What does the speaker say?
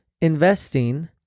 investing